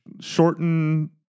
shorten